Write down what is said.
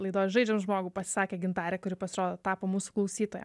laidos žaidžiam žmogų pasisakė gintarė kuri pasirodo tapo mūsų klausytoja